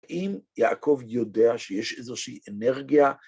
אם יעקב יודע שיש איזושהי אנרגיה...